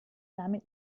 nahmen